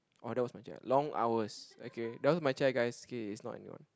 oh that was my chair long hours okay that was my chair guys okay is not anyone